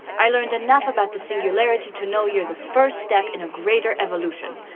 i learned enough about the singularity to know you're the first step in a greater evolution.